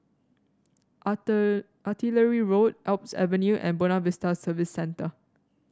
Artillery Road Alps Avenue and Buona Vista Service Centre